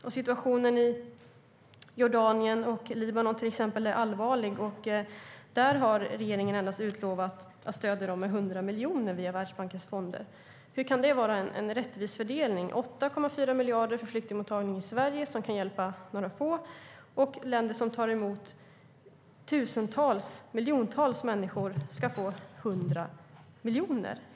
Situationen i till exempel Jordanien och Libanon är allvarlig, men regeringen har utlovat att stödja dem med endast 100 miljoner via Världsbankens fonder. Hur kan det vara en rättvis fördelning - 8,4 miljarder för flyktingmottagning i Sverige som kan hjälpa några få, medan länder som tar emot miljontals människor ska få 100 miljoner?